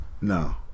no